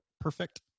perfect